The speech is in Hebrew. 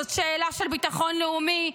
זאת שאלה של ביטחון לאומי.